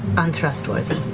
untrustworthy.